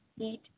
eat